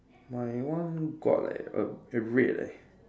my one got leh err err red leh